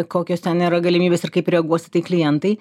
kokios ten yra galimybės ir kaip reaguos į tai klientai